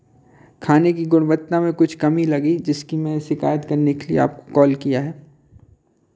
खाने की गुणवत्ता में कुछ कमी लगी जिसकी मैं शिकायत करने के लिए आपको कॉल किया है